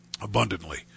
abundantly